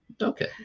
Okay